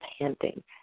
panting